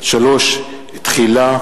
3. תחילה,